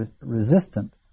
resistant